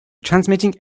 transmitting